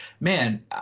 Man